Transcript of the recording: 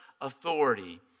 authority